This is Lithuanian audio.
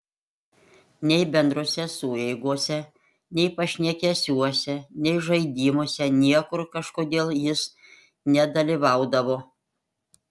nei bendrose sueigose nei pašnekesiuose nei žaidimuose niekur kažkodėl jis nedalyvaudavo